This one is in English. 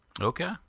Okay